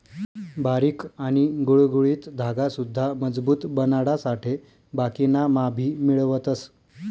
बारीक आणि गुळगुळीत धागा सुद्धा मजबूत बनाडासाठे बाकिना मा भी मिळवतस